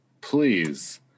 please